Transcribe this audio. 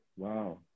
Wow